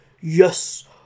Yes